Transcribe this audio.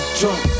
drunk